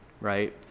right